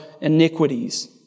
iniquities